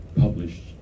published